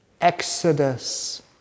exodus